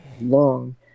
long